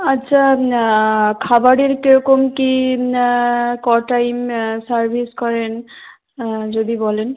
আচ্ছা খাবারের কীরকম কী কটা ইন সার্ভিস করেন যদি বলেন